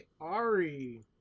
Ari